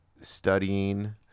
studying